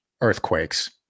earthquakes